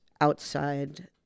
outside